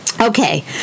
Okay